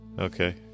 Okay